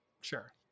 Sure